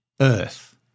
Earth